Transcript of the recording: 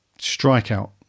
strikeout